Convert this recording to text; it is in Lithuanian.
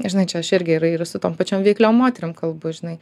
žinai čia aš irgi ir ir su tom pačiom veikliom moterim kalbu žinai